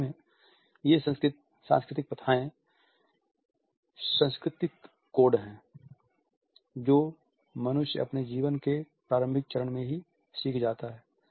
वास्तव में ये सांस्कृतिक प्रथाएं संस्कृति कोड हैं जो मनुष्य अपने जीवन के प्रारंभिक चरण में ही सीख जाता हैं